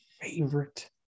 favorite